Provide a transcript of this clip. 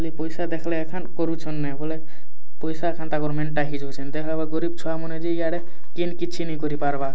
ଖାଲି ପଇସା ଦେଖଲେ ଏଖାନ କରୁଛନନେ ବୋଲେ ପଇସା ଏଖାନ ତା ଗଭର୍ନମେଣ୍ଟଟା ହେଇ ଯାଉଛନ କରି ଛୁଆମାନେ ଯେ ଇଆଡ଼େ କେନ କିଛି ନାଇଁ କରି ପାରିବା